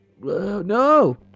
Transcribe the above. No